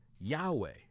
Yahweh